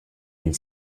une